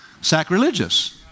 sacrilegious